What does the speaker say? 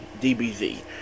DBZ